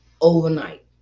overnight